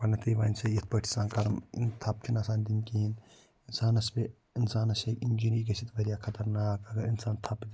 گۄڈٕنٮ۪تھٕے وَنہِ سُہ یِتھ پٲٹھۍ چھِ آسان کَرُن تھَپہٕ چھِنہٕ آسان دِنۍ کِہیٖنۍ اِنسانَس پے اِنسانَس ہیٚکہِ اِنجٕری گٔژھِتھ واریاہ خَطرناک اگر اِنسان تھَپہٕ دی